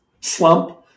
slump